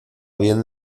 bien